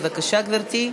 בבקשה, גברתי.